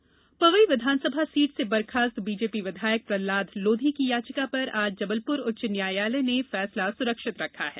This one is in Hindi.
बर्खास्त विधायक पवई विधान सभा सीट से बर्खास्त बीजेपी विधायक प्रह्लाद लोधी की याचिका पर आज जबलपुर उच्च न्यायलय ने फैसला सुरक्षित रखा है